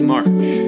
March